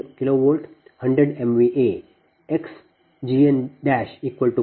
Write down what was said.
2 kV 100 MVA xg10